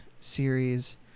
series